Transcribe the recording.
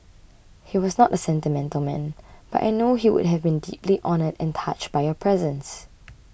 he was not a sentimental man but I know he would have been deeply honoured and touched by your presence